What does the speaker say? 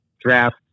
draft